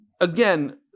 again